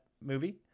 movie